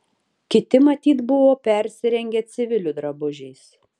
kiti matyt buvo persirengę civilių drabužiais